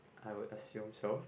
I would assume so